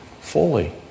fully